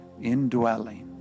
indwelling